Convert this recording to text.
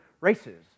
races